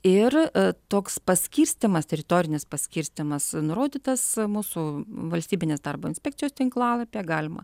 ir toks paskirstymas teritorinis paskirstymas nurodytas mūsų valstybinės darbo inspekcijos tinklalapyje galima